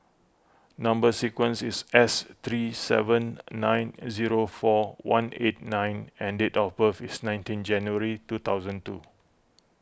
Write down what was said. Number Sequence is S three seven nine zero four one eight N and date of birth is nineteen January two thousand two